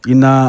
Ina